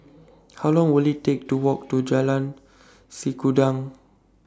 How Long Will IT Take to Walk to Jalan Sikudangan